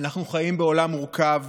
אנחנו חיים בעולם מורכב,